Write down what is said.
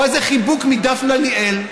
או איזה חיבוק מדפנה ליאל,